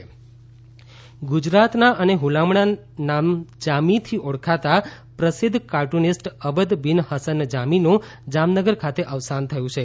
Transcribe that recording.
વ્યંગ ચિત્રકાર ગુજરાતના અને હુલામણા નામ જામીથી ઓળખાતા પ્રસિદ્ધ કાર્ટુનિસ્ટ અવદ બીન હસન જામીનું જામનગર ખાતે અવસાન થયું છે